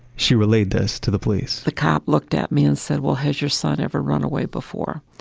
she relayed this to the police. the cop looked at me and said well, has your son ever run away before?